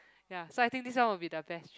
ya so I think this one will be the best